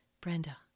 Brenda